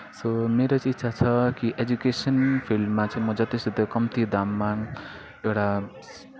so मेरो चाहिँ इच्छा छ कि एजुकेसन फिल्डमा चाहिँ म जतिसक्दो कम्ती दाममा एउटा